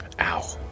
Ow